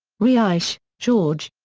reisch, george.